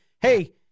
hey